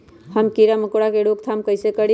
हम किरा मकोरा के रोक थाम कईसे करी?